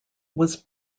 was